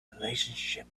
relationship